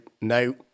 no